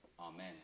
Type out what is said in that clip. amen